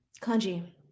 Kanji